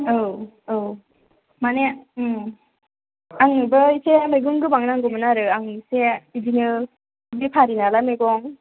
औ औ माने आंनोबो एसे मैगं गोबां नांगौमोन आरो आं एसे बिदिनो बेफारि नालाय मैगं